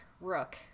Rook